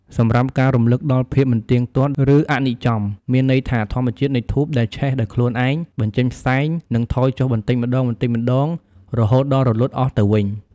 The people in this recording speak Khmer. សម្រាប់ការរំលឹកដល់ភាពមិនទៀងទាត់ ឬអនិច្ចំ មានន័យថាធម្មជាតិនៃធូបដែលឆេះដោយខ្លួនឯង បញ្ចេញផ្សែង និងថយចុះបន្តិចម្តងៗ រហូតដល់រលត់អស់ទៅវិញ ។